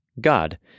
God